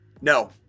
No